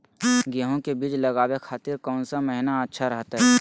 गेहूं के बीज लगावे के खातिर कौन महीना अच्छा रहतय?